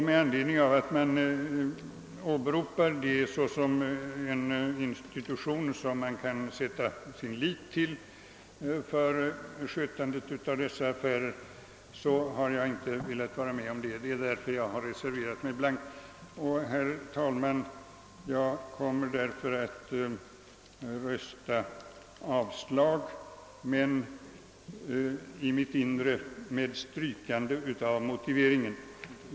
Med anledning av att filminstitutet åberopas som en institution som man kan sätta sin lit till beträffande skötseln av dessa affärer, har jag inte velat biträda utskottets förslag. Det är därför jag har reserverat mig blankt. Jag kommer därför, herr talman, att rösta avslag, men i mitt inre med strykande av motiveringen.